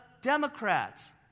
Democrats